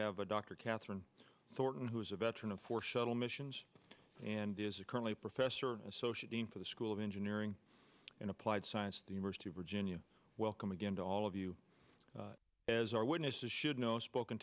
have a dr kathryn thorton who is a veteran of four shuttle missions and is a currently professor associate dean for the school of engineering and applied science the university of virginia welcome again to all of you as our witnesses should know spoken